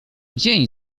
dzień